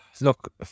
Look